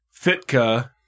Fitka